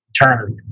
eternity